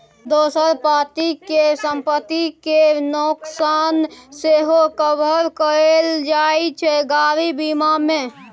दोसर पार्टी केर संपत्ति केर नोकसान सेहो कभर कएल जाइत छै गाड़ी बीमा मे